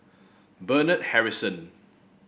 Bernard Harrison